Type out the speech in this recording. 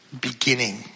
beginning